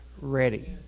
ready